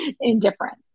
indifference